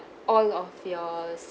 all of your